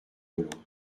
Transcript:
l’autre